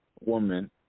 woman